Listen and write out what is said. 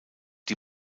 die